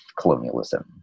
colonialism